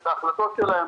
את ההחלטות שלהם.